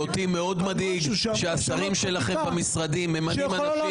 שאותי מאוד מדאיג שהשרים שלכם במשרדים ממנים אנשים